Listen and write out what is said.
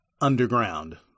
underground